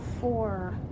four